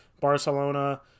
Barcelona